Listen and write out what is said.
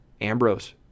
Ambrose